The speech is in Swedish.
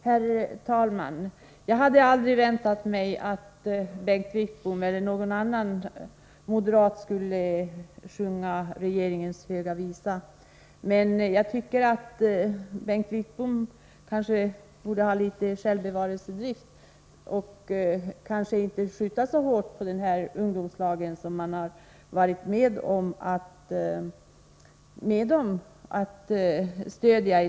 Herr talman! Jag hade aldrig väntat mig att Bengt Wittbom eller någon annan moderat skulle sjunga regeringens höga visa. Men Bengt Wittbom borde kanske ha litet självbevarelsedrift och inte så hårt angripa den ungdomslag som han i riksdagen har varit med om att stödja.